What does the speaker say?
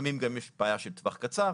לפעמים גם יש בעיה של טווח קצר,